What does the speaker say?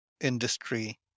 industry